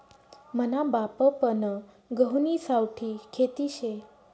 मना बापपन गहुनी सावठी खेती शे